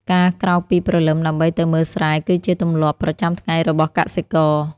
ការក្រោកពីព្រលឹមដើម្បីទៅមើលស្រែ គឺជាទម្លាប់ប្រចាំថ្ងៃរបស់កសិករ។